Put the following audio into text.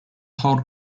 hulled